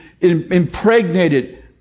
impregnated